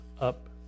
up